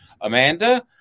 Amanda